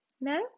No